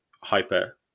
hyper-